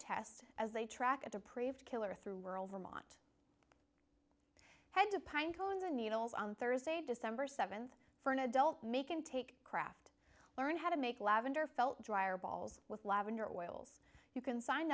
test as they track approved killer through rural vermont head to pine cones and needles on thursday december seventh for an adult making take craft learn how to make lavender felt dryer balls with lavender oils you can sign